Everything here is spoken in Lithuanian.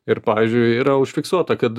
ir pavyzdžiui yra užfiksuota kad